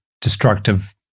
destructive